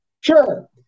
Sure